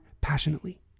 passionately